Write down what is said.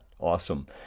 awesome